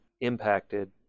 impacted